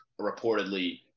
reportedly